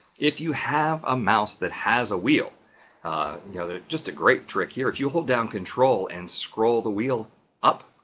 if you have a mouse that has a wheel, you know they're just a great trick here if you hold down ctrl and scroll the wheel up,